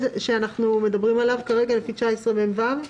שאנחנו מדברים עליו כרגע לפי סעיף 19מ(ו)?